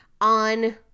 on